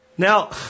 Now